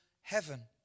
heaven